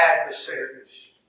adversaries